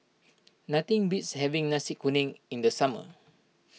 nothing beats having Nasi Kuning in the summer